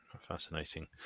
fascinating